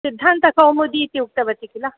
सिद्धान्तकौमुदी इति उक्तवती किल